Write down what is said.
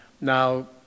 Now